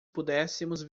pudéssemos